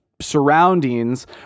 surroundings